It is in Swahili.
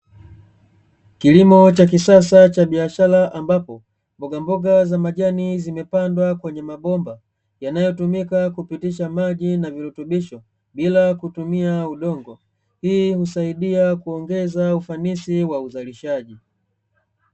Kilimo cha kisasa cha biashara, ambapo mboga mboga za majani zimepandwa kwenye mabomba, yanayo tumika kupitisha maji na virutubisho bila kutumia udongo. Hii husaidia kuongeza ufanisi wa uzalishaji.